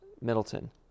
Middleton